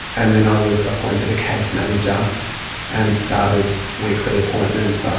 and then i was appointed a case manager and started weekly appointments, um